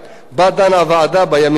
שבה דנה הוועדה בימים אלה.